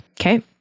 Okay